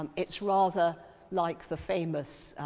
um it's rather like the famous